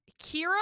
Kira